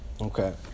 Okay